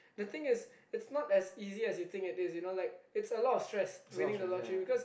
the thing is it's not as easy as you think it is you know like it's a lot of stress winning the lottery because